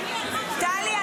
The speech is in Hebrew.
טלי,